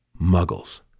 muggles